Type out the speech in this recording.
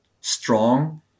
strong